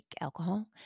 alcohol